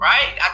Right